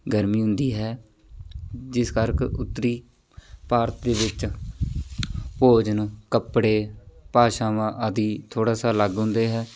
ਗਰਮੀ ਹੁੰਦੀ ਹੈ ਜਿਸ ਕਰਕੇ ਉੱਤਰੀ ਭਾਰਤ ਦੇ ਵਿੱਚ ਭੋਜਨ ਕੱਪੜੇ ਭਾਸ਼ਾਵਾਂ ਆਦਿ ਥੋੜ੍ਹਾ ਸਾ ਅਲੱਗ ਹੁੰਦੇ ਹੈ